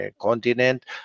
continent